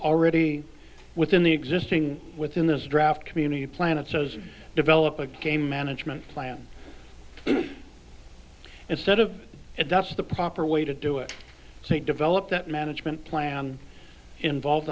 already within the existing within this draft community planet says develop a game management plan instead of it that's the proper way to do it so you develop that management plan involve